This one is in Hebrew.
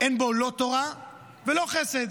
אין בו לא תורה ולא חסד.